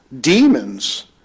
demons